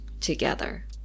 together